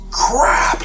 crap